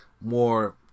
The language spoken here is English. more